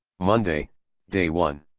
monday day one.